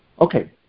Okay